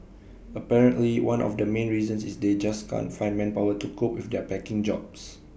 apparently one of the main reasons is they just can't find manpower to cope with their packing jobs